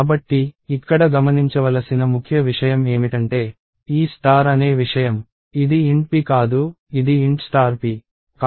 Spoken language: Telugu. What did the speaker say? కాబట్టి ఇక్కడ గమనించవలసిన ముఖ్య విషయం ఏమిటంటే ఈ స్టార్ అనే విషయం ఇది int p కాదు ఇది int star p int p